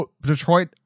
Detroit